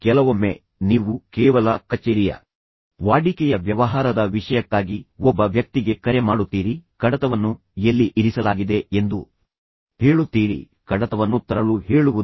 ಕೆಲವೊಮ್ಮೆ ನೀವು ಕೇವಲ ಕಚೇರಿಯ ವಾಡಿಕೆಯ ವ್ಯವಹಾರದ ವಿಷಯಕ್ಕಾಗಿ ಒಬ್ಬ ವ್ಯಕ್ತಿಗೆ ಕರೆ ಮಾಡುತ್ತೀರಿ ಯಾರಿಗಾದರೂ ಕಡತವನ್ನು ಎಲ್ಲಿ ಇರಿಸಲಾಗಿದೆ ಎಂದು ಹೇಳುತ್ತೀರಿ ಕಡತವನ್ನು ತರಲು ಯಾರಿಗಾದರೂ ಹೇಳುವುದು ಡೌನ್ಲೋಡ್ ಮಾಡಲು ಯಾರಿಗಾದರೂ ಹೇಳುವುದು